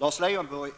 Lars Leijonborg